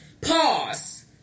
Pause